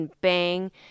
bang